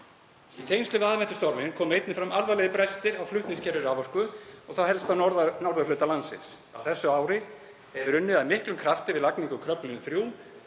Í tengslum við aðventustorminn komu einnig í ljós alvarlegir brestir á flutningskerfi raforku og þá helst á norðurhluta landsins. Á þessu ári er unnið af miklum krafti við lagningu Kröflulínu 3,